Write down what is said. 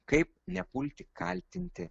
kaip nepulti kaltinti